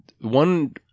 one